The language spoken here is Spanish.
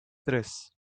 tres